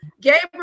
gabriel